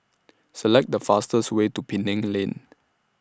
Select The fastest Way to Penang Lane